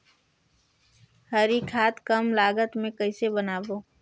हरी खाद कम लागत मे कइसे बनाबो?